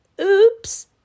Oops